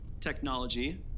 technology